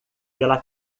pela